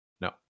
No